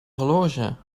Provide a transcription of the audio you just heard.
horloge